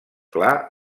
clar